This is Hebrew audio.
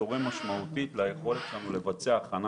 בקבוצה שתורמת רבות לנושא החשוב של ההכנה